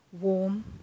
warm